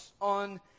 on